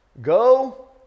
Go